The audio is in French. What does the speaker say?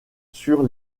sur